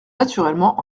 naturellement